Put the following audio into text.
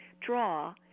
draw